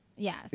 Yes